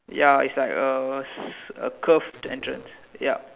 ya it's like uh a curved entrance yup